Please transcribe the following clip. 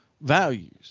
values